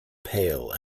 pale